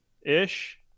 ish